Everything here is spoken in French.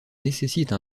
nécessite